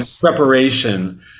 preparation